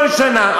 כל שנה.